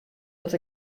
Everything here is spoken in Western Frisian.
dat